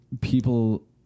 people